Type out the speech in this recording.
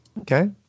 Okay